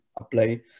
apply